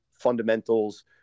fundamentals